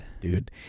dude